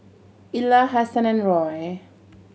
Ilah Hasan and Roy